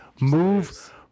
move